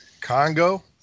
Congo